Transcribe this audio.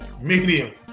Medium